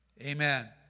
amen